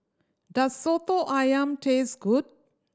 does Soto Ayam taste good